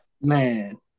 Man